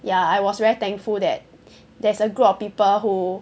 ya I was very thankful that there's a group of people who